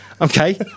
okay